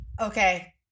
okay